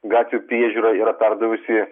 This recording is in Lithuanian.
gatvių priežiūra yra perdavusi